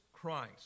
Christ